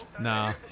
Nah